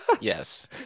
yes